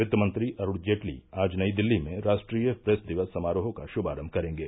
वित्तमंत्री अरुण जेटली आज नई दिल्ली में राष्ट्रीय प्रेस दिवस समारोहों का शुभारंभ करेंगे